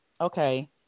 okay